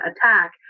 attack